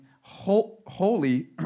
holy